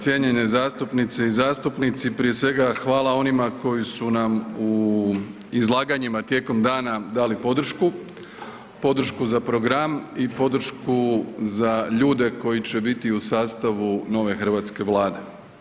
Cijenjene zastupnice i zastupnici, prije svega onima koji su nam u izlaganjima tijekom dana dali podršku, podršku za program i podršku za ljude koji će biti u sastavu nove hrvatske Vlade.